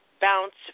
Bounce